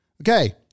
Okay